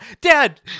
dad